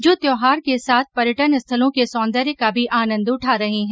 जो त्यौहार के साथ पर्यटन स्थलों के सौंदर्य का भी आनन्द उठा रहे है